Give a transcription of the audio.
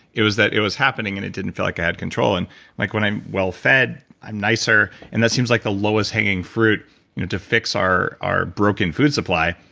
it was that it was happening and it didn't feel like i had control. and like when when i'm well-fed, i'm nicer, and that seems like the lowest hanging fruit you know to fix our our broken food supply,